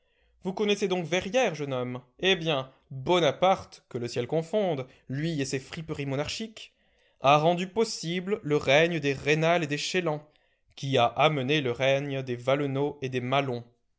vous connaissez donc verrières jeune homme eh bien bonaparte que le ciel confonde lui et ses friperies monarchiques a rendu possible le règne des rênal et des chélan qui a amené le règne des valenod et des maslon